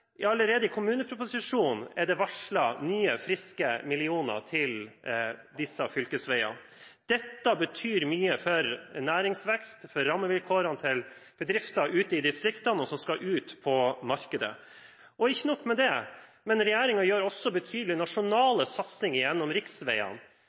Allerede i kommuneproposisjonen er det varslet nye, friske millioner til disse fylkesveiene. Dette betyr mye for næringsvekst og for rammevilkårene til bedrifter som er ute i distriktene og skal ut på markedet. Ikke nok med det. Regjeringen gjør også